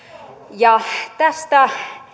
tästä